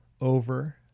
over